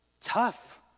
tough